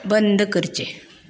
बंद करचें